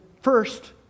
first